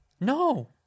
No